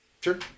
Sure